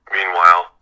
Meanwhile